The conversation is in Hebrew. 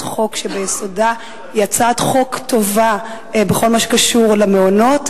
חוק שביסודה היא הצעת חוק טובה בכל מה שקשור למעונות,